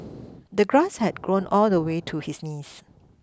the grass had grown all the way to his knees